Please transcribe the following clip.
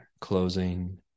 closing